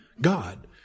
God